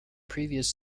previous